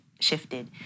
shifted